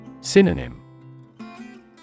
Synonym